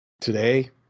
today